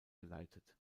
geleitet